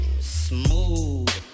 Smooth